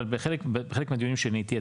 אבל בחלק מהדיונים שאני הייתי,